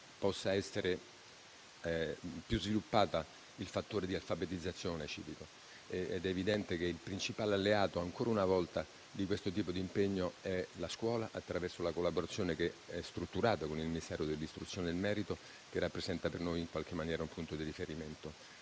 possa essere più sviluppato il fattore di alfabetizzazione civico. È evidente che la principale alleata in questo tipo di impegno è, ancora una volta, la scuola, attraverso una collaborazione strutturata con il Ministero dell'istruzione e del merito, che rappresenta per noi in qualche maniera un punto di riferimento.